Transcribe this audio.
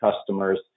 customers